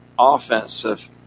Offensive